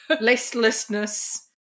listlessness –